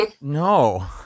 No